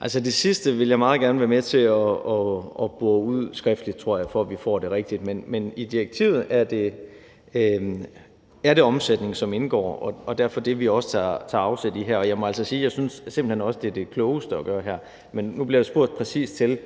Altså, det sidste vil jeg meget gerne være med til at bore ud skriftligt, for at vi får det rigtige svar. Men i direktivet er det omsætningen, som indgår, og derfor også det, som vi tager afsæt i her. Og jeg må altså sige, at jeg simpelt hen også synes, det er det klogeste at gøre her. Nu bliver der spurgt præcist til,